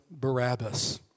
Barabbas